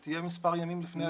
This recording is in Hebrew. היא תהיה כמה ימים לפני הדיון.